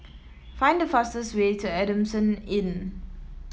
find the fastest way to Adamson Inn